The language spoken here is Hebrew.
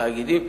תאגידים,